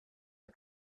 are